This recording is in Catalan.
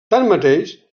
tanmateix